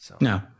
No